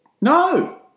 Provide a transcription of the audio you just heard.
no